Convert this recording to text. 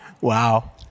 Wow